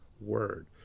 word